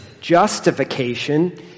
justification